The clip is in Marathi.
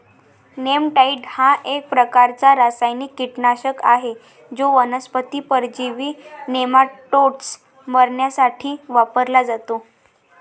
नेमॅटाइड हा एक प्रकारचा रासायनिक कीटकनाशक आहे जो वनस्पती परजीवी नेमाटोड्स मारण्यासाठी वापरला जातो